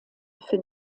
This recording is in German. für